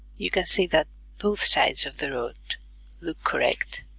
you can see that both sides of the road look correct